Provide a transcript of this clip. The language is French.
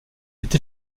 est